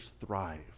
thrive